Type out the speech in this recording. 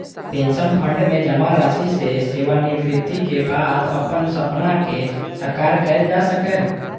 pension fund मे जमा राशि सं सेवानिवृत्तिक बाद अपन सपना कें साकार कैल जा सकैए